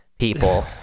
people